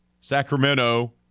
Sacramento